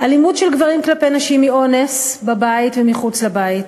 אלימות של גברים כלפי נשים היא אונס בבית ומחוץ לבית,